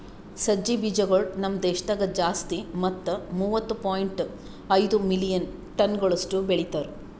ಸಜ್ಜಿ ಬೀಜಗೊಳ್ ನಮ್ ದೇಶದಾಗ್ ಜಾಸ್ತಿ ಮತ್ತ ಮೂವತ್ತು ಪಾಯಿಂಟ್ ಐದು ಮಿಲಿಯನ್ ಟನಗೊಳಷ್ಟು ಬೆಳಿತಾರ್